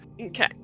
okay